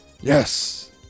yes